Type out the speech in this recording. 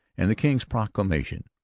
and the king's proclamation,